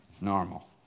Normal